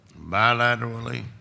Bilaterally